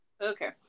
Okay